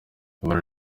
ibara